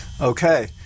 Okay